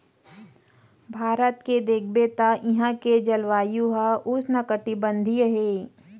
भारत के देखबे त इहां के जलवायु ह उस्नकटिबंधीय हे